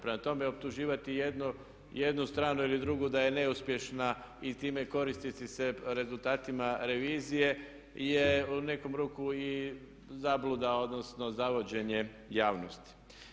Prema tome, optuživati jednu stranu ili drugu da je neuspješna i time koristiti se rezultatima revizije je u neku ruku i zabluda odnosno zavođenje javnosti.